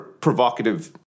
provocative